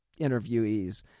interviewees